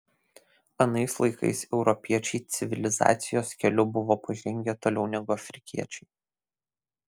anais laikais europiečiai civilizacijos keliu buvo pažengę toliau negu afrikiečiai